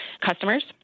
customers